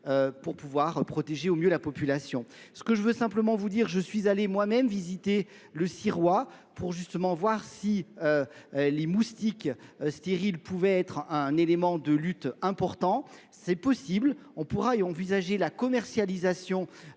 pour pouvoir protéger au mieux la population. Ce que je veux simplement vous dire, je suis allé moi-même visiter le Sirois pour justement voir si les moustiques stériles pouvaient être un élément de lutte important. C'est possible, on pourra envisager la commercialisation